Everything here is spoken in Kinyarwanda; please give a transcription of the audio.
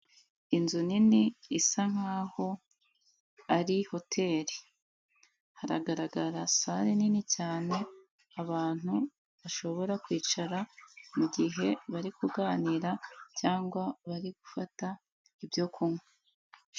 Inzu nini isa nk'aho ari hoteli. Haragaragara sale nini cyane abantu bashobora kwicara mugihe bari kuganira cyangwa bari gufata ibyo kunywa.